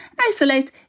Isolate